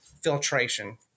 filtration